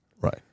Right